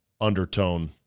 undertone